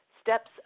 steps